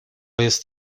jest